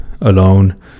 alone